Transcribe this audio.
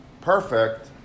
perfect